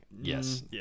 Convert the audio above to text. Yes